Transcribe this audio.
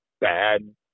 bad